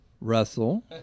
Russell